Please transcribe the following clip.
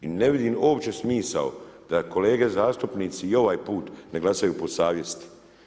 I ne vidim uopće smisao da kolege zastupnici i ovaj put ne glasaju po savjesti.